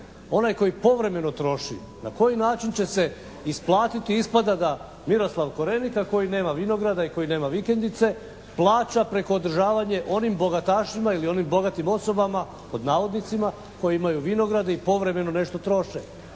Onaj koji povremeno troši, na koji način će se isplatiti? Ispada da Miroslav Korenika koji nema vinograda i koji nema vikendice plaća preko održavanje onim bogatašima ili onim bogatim osobama, pod navodnicima, koji imaju vinograde i povremeno nešto troše.